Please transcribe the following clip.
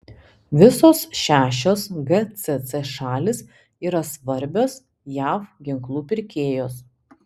visos šešios gcc šalys yra svarbios jav ginklų pirkėjos